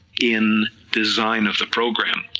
in design of the program,